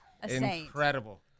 incredible